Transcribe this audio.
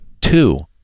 two